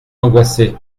angoissé